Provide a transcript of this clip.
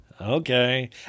Okay